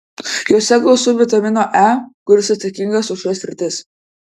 juose gausu vitamino e kuris atsakingas už šias sritis